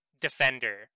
defender